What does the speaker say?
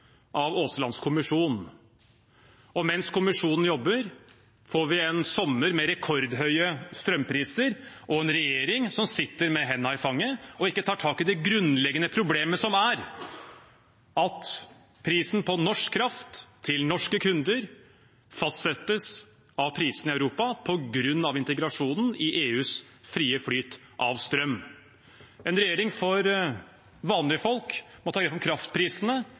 av Aaslands kommisjon. Og mens kommisjonen jobber får vi en sommer med rekordhøye strømpriser og en regjering som sitter med hendene i fanget og ikke tar tak i det grunnleggende problemet, som er at prisen på norsk kraft til norske kunder fastsettes av prisene i Europa på grunn av integrasjonen i EUs frie flyt av strøm. En regjering for vanlige folk må ta grep om kraftprisene,